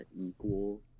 equal